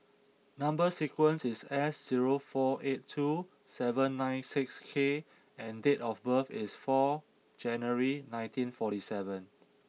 number sequence is S zero four eight two seven nine six K and date of birth is four January nineteen forty seven